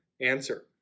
answer